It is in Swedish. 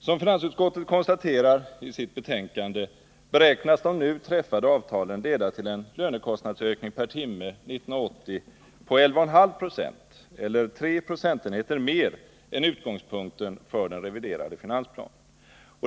Som finansutskottet konstaterar i sitt betänkande beräknas de nu träffade avtalen leda till en lönekostnadsökning per timme 1980 på 11,5 0 eller 3 procentenheter mer än utgångspunkten för den reviderade finansplanen.